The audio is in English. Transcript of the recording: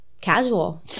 casual